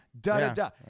Da-da-da